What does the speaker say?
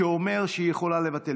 שאומר שהיא יכולה לבטל.